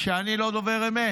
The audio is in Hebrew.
שאני לא דובר אמת,